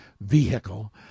vehicle